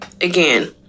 Again